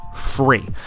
free